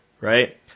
right